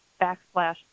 backslash